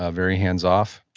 ah very hands-off?